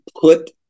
put